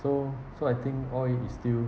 so so I think oil is still